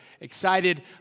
excited